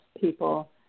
people